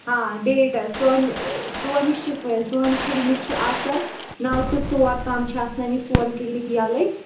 ہاں ڈیٹ حظ سون سون یہِ شفا سون یہِ کِلنِک چھُ آسَن نَو ٹُو ژور تام چھِ آسان یہِ سون کِلنِک یَلے